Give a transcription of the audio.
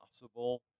possible